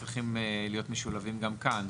צריכים להיות משולבים גם כאן,